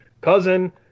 cousin